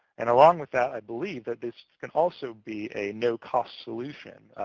and along with that, i believe that this can also be a no-cost solution.